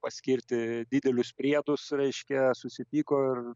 paskirti didelius priedus reiškia susipyko ir